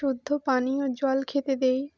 শুদ্ধ পানীয় জল খেতে দেই